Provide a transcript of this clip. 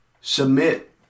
submit